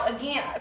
again